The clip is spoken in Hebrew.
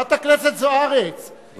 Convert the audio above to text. חברת הכנסת זוארץ,